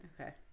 okay